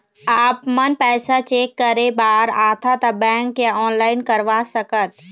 आपमन पैसा चेक करे बार आथे ता बैंक या ऑनलाइन करवा सकत?